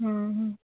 ହଁ ହଁ